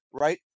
right